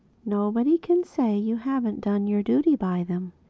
nobody can say you haven't done your duty by them.